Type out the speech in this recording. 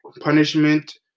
punishment